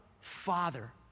Father